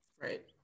right